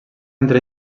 entre